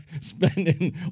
spending